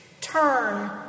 turn